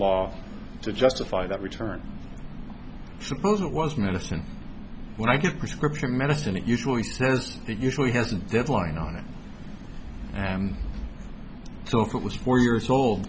law to justify that return suppose it was medicine when i give prescription medicine it usually says it usually has a deadline on it and so if it was four years old